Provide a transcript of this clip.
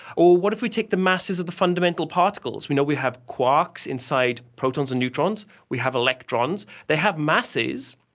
or what if we take the masses of the fundamental particles? you know, we have quarks inside protons and neutrons, we have electrons, they have masses.